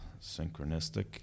synchronistic